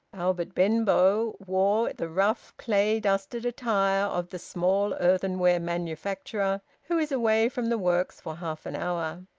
albert benbow wore the rough, clay-dusted attire of the small earthenware manufacturer who is away from the works for half an hour.